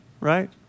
right